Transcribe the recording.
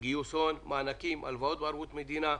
גיוס הון, מענקים, הלוואות בערבות מדינה,